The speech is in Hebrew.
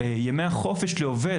ימי החופש לעובד,